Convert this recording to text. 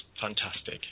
fantastic